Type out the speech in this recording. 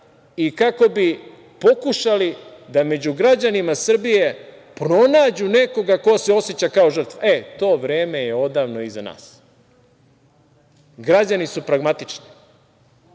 i kako bi pokušali da među građanima Srbije pronađu nekoga ko se oseća kao žrtva. To vreme je odavno iza nas. Građani su pragmatični.